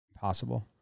possible